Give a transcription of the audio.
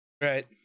Right